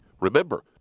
Remember